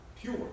pure